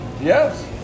Yes